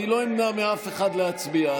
אני לא אמנע מאף אחד להצביע.